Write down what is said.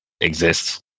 exists